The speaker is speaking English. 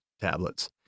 tablets